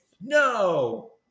no